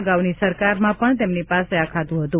અગાઉની સરકારમાં પણ તેમની પાસે આ ખાતું હતું